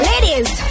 Ladies